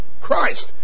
Christ